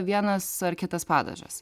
vienas ar kitas padažas